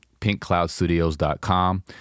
pinkcloudstudios.com